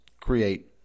create